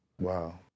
Wow